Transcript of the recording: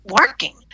working